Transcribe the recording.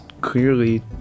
clearly